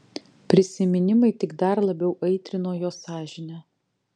prisiminimai tik dar labiau aitrino jo sąžinę